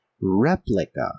replica